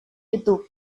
youtube